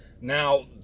Now